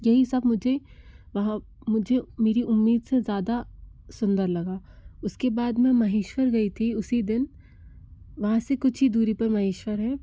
यही सब मुझे वहाँ मुझे मेरी उम्मीद से ज़्यादा सुंदर लगा उसके बाद में महेश्वर गई थी उसी दिन वहाँ से कुछ ही दूरी पर महेश्वर है